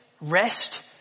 rest